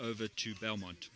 over to belmont